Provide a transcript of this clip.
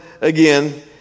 again